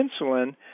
insulin